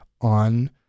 on